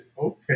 okay